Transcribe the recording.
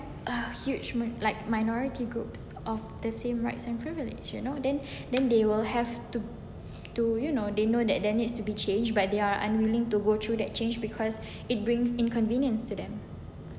uh huge mu~ like minority groups of the same rights and privileges you know then then they will have to to you know they know that there needs to be changed by they are unwilling to go through that change because it brings inconvenience to them ya